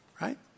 right